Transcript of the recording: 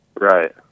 Right